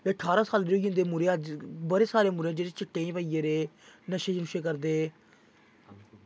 ठारां साल्लें होई जंदे मुड़े अज्ज बड़े सारे मुड़े जेह्ड़े चिट्टे च पेई गेदे नशे नुशे करदे